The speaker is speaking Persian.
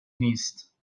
نیست